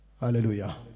Hallelujah